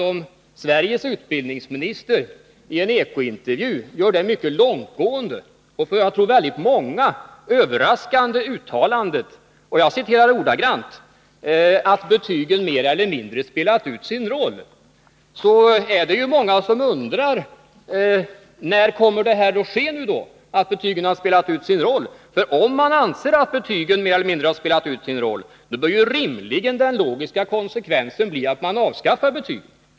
Om Sveriges utbildningsminister i en Eko-intervju gör det mycket långtgående och, som jag tror, för väldigt många överraskande uttalandet, att ”betygen mer eller mindre spelat ut sin roll”, så undrar naturligtvis många: När kommer någonting att ske på det här området? Om man anser att betygen mer eller mindre har spelat ut sin roll, då bör ju den logiska konsekvensen bli att man avskaffar dem.